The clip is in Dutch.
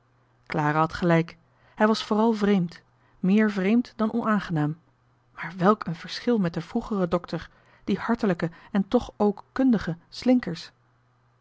clara had gelijk hij was vooral vreemd meer vreemd dan onaangenaam maar wèlk een verschil met den vroegeren dokter dien hartelijken en toch k kundigen slinkers